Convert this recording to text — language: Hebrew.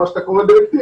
מה שאתה קורא דירקטיבה,